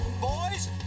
Boys